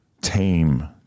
tame